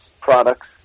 products